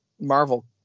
Marvel